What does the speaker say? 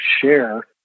share